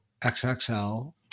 XXL